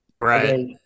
right